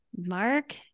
Mark